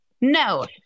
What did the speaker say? no